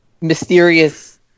mysterious